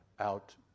out